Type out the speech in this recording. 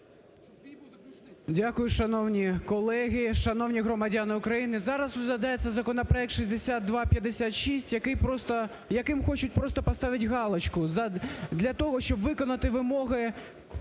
Дякую, шановні колеги, Шановні громадяни України, зараз розглядається законопроект 6256, який просто, яким хочуть просто поставити галочку для того, щоб виконати вимоги